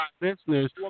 business